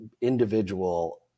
individual